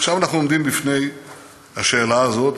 עכשיו אנחנו עומדים בפני השאלה הזאת,